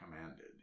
commanded